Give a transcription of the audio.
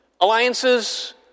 alliances